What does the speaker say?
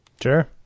Sure